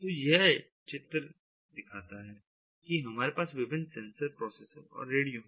तो यह एक चित्र दिखाता है कि हमारे पास विभिन्न सेंसर प्रोसेसर और रेडियो हैं